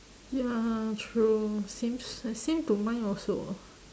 ya true same s~ same to mine also